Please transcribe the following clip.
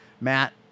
Matt